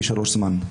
פי שלוש זמן.